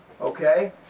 Okay